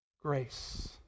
Grace